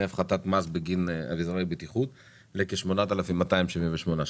הפחתת מס בגין אביזרי בטיחות לכ-8,278 שקלים".